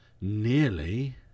nearly